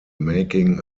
making